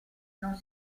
non